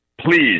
Please